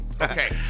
okay